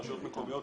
רשויות מקומיות,